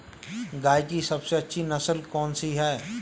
गाय की सबसे अच्छी नस्ल कौनसी है?